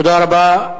תודה רבה.